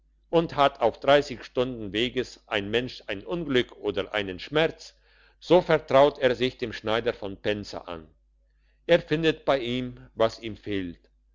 und hat auf dreissig stunden weges ein mensch ein unglück oder einen schmerz so vertraut er sich dem schneider von pensa an er findet bei ihm was ihm fehlt